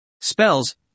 Spells